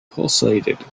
pulsated